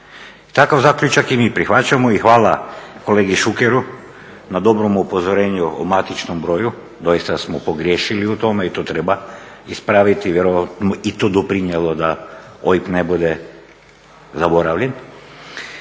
Takav zaključak i mi prihvaćamo i hvala kolegi Šukeru na dobrom upozorenju o matičnom broju, doista smo pogriješili u tome i to treba ispraviti, vjerujem da je i to doprinijelo da OIB ne bude zaboravljen.